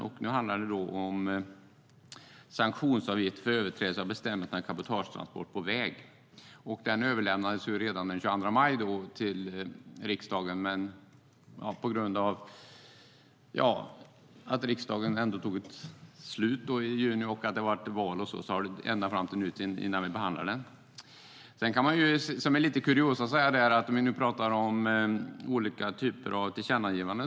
Det handlar då om sanktionsavgift för överträdelse av bestämmelserna för cabotagetransport på väg. Propositionen överlämnades redan den 22 maj till riksdagen, men på grund av sommaruppehållet och valet behandlar vi den inte förrän nu. Som lite kuriosa kan jag nämna något om olika typer av tillkännagivanden.